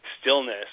stillness